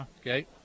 Okay